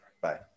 Bye